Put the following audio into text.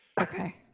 Okay